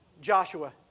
Joshua